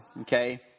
okay